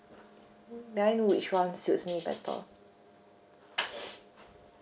may I know which one suits me better